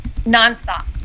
nonstop